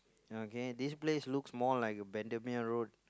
okay this place looks more like a Bendemeer road